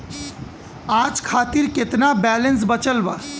आज खातिर केतना बैलैंस बचल बा?